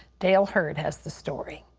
dale hurd has this story.